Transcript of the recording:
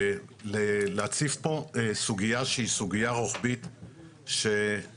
להציף פה סוגיה שהיא סוגיה רוחבית שהחרפה